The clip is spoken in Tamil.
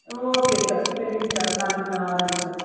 ஓகே சார் சரிங் சார் நாளைக்கு நான் வரங்க சார்